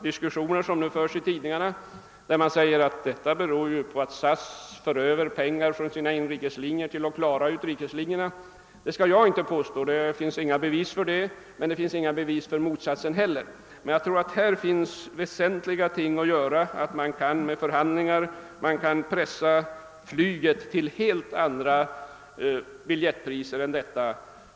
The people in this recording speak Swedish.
Det sägs i tidningarna att prisläget beror på att SAS för över pengar från sina inrikeslinjer för att klara utrikeslinjerna. Det skall jag inte påstå, eftersom det inte finns några bevis för detta — det finns inte bevis för motsatsen heller. Jag tror dock att väsentliga ting kan göras på detta område och att man genom förhandlingar kan pressa flyget till helt andra biljettpriser.